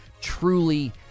truly